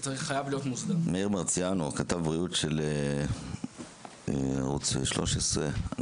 מאיר מרציאנו כתב הבריאות של ערוץ 13,